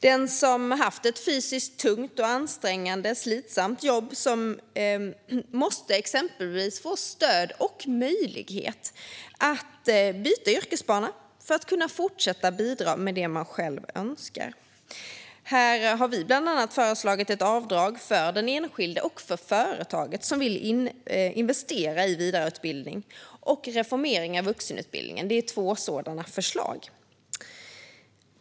Den som haft ett fysiskt tungt, ansträngande och slitsamt jobb måste exempelvis få stöd och möjlighet att byta yrkesbana för att kunna fortsätta bidra med det man själv önskar. Här har vi bland annat föreslagit ett avdrag för den enskilde och för det företag som vill investera i vidareutbildning, samt en reformering av vuxenutbildningen. Det är två sådana förslag.